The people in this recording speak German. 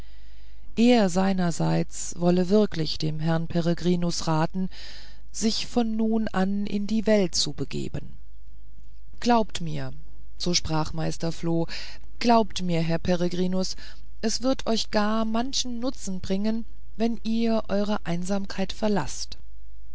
er seinerseits wolle wirklich dem herrn peregrinus raten sich von nun an in die welt zu begeben glaubt mir so sprach meister floh glaubt mir herr peregrinus es wird euch gar manchen nutzen bringen wenn ihr eure einsamkeit verlaßt